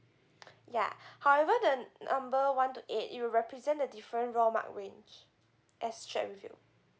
ya however the number one to eight it'll represent the different raw mark range as chat with you